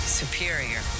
superior